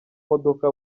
modoka